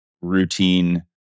routine